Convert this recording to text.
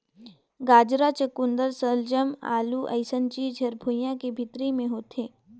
गाजरा, चकुंदर सलजम, आलू अइसन चीज हर भुइंयां के भीतरी मे होथे